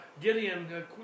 Gideon